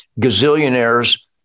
gazillionaires